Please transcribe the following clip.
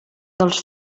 dels